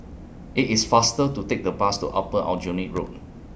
IT IS faster to Take The Bus to Upper Aljunied Road